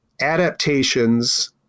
adaptations